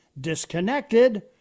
disconnected